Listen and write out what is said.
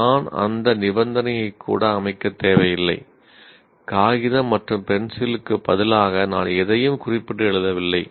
நான் அந்த நிபந்தனையை கூட அமைக்க தேவையில்லை காகிதம் மற்றும் பென்சிலுக்கு பதிலாக நான் எதையும் குறிப்பிட்டு எழுதவில்லை